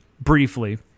briefly